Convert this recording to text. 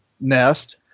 nest